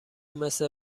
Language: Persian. مثل